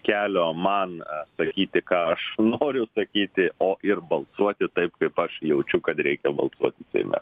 kelio man sakyti ką aš noriu sakyti o ir balsuoti taip kaip aš jaučiu kad reikia balsuoti seime